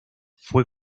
fue